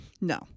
No